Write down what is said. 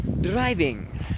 Driving